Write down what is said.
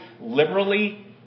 liberally